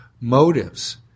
motives